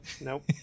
Nope